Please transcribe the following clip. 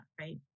right